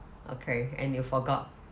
okay and you forgot